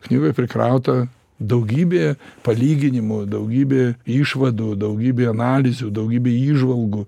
knygoj prikrauta daugybė palyginimų daugybė išvadų daugybė analizių daugybė įžvalgų